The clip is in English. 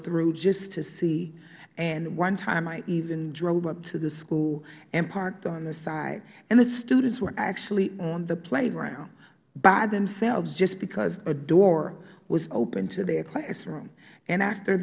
through just to see and one time i even drove up to the school and parked on the side and the students were actually on the playground by themselves just because a door was open to their classroom and after